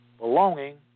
belonging